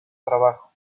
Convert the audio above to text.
trabajo